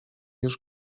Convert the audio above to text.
już